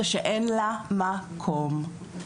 שאין להם מקום.